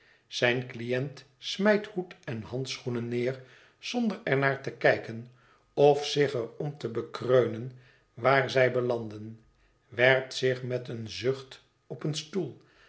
zijn cliënt smijt hoed en handschoenen neer zonder er naar té kijken of zich er om te bekreunen waar zij belanden werpt zich met een zucht op een stoel